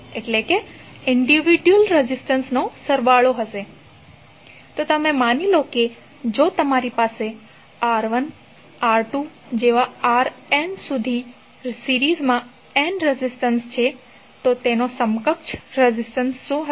તો માની લો કે જો તમારી પાસે R1 R2 જેવા Rn સુધી સિરીઝમાં n રેઝિસ્ટન્સ છે તો તેનો સમકક્ષ રેઝિસ્ટન્સ શું હશે